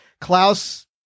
Klaus